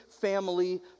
family